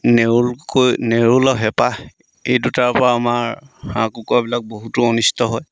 নেউলকৈ নেউল আৰু হেপাহ এই দুটাৰপৰা আমাৰ হাঁহ কুকুৰাবিলাক বহুতো অনিষ্ট হয়